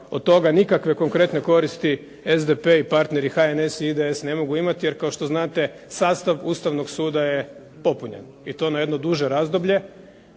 od toga nikakve konkretne koristi SDP i partneri HNS i IDS ne mogu imati jer kao što znate sastav Ustavnog suda je popunjen i to na jedno duže razdoblje.